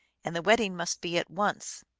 and the wedding must be at once.